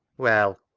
well!